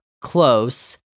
close